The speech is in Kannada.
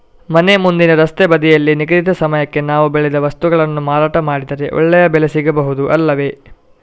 ಮನೆ ಮುಂದಿನ ರಸ್ತೆ ಬದಿಯಲ್ಲಿ ನಿಗದಿತ ಸಮಯಕ್ಕೆ ನಾವು ಬೆಳೆದ ವಸ್ತುಗಳನ್ನು ಮಾರಾಟ ಮಾಡಿದರೆ ಒಳ್ಳೆಯ ಬೆಲೆ ಸಿಗಬಹುದು ಅಲ್ಲವೇ?